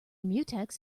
mutex